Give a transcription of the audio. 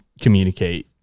communicate